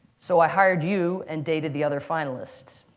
so i hired you and dated the other finalist,